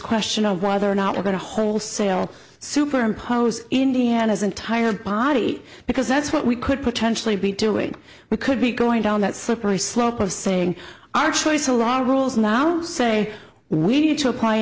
question of whether or not we're going to wholesale superimpose indiana's entire body because that's what we could potentially be doing we could be going down that slippery slope of saying our choice a law or rules now say we need to apply